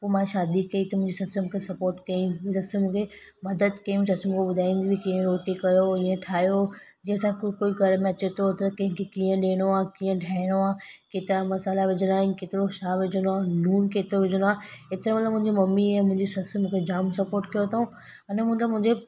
पोइ मां शादी कई त मुंहिंजी ससु मूंखे सपोट कई मुंहिंजी ससु मूंखे मदद कई ससु मूंखे ॿुधाईंदी हुई कि हीअं कीअं रोटी कयो ईअं ठाहियो जीअं असां कू कोई घर में अचे थो त कंहिंखे कीअं ॾियणो आ्हे कीअं ठाहिणो आहे केतिरा मसाला विझणा आहिनि केतिरो छा विझिणो आहे लूणु केतिरो विझिणो आहे हेतिरो मतिलबु मुंहिंजी मम्मी ऐं मुंहिंजी ससु मूंखे जाम सपोट कयो अथऊं अने मतिलबु मुंहिंजे